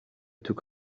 took